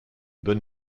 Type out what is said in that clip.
bonne